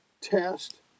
test